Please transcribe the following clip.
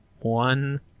One